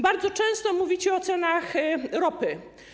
Bardzo często mówicie o cenach ropy.